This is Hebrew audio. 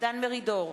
דן מרידור,